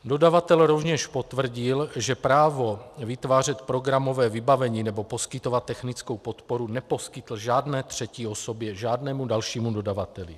Dodavatel rovněž potvrdil, že právo vytvářet programové vybavení nebo poskytovat technickou podporu neposkytl žádné třetí osobě, žádnému dalšímu dodavateli.